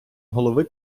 голови